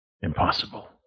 Impossible